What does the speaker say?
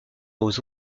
aux